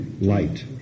light